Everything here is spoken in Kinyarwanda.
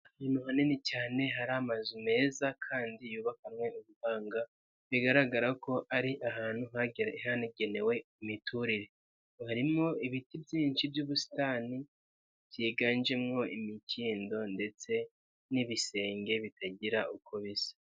Ahantu hanini cyane hari amazu meza kandi yubakanywe ubuhanga, bigaragara ko ari ahantu hanagenewe imiturire, harimo ibiti byinshi by'ubusitani byiganjemo imikindo ndetse n'ibisenge bitagira uko bisa.